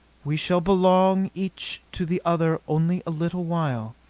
we shall belong each to the other only a little while.